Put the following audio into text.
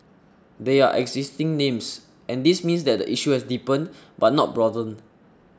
they are existing names and this means that the issue has deepened but not broadened